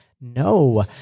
No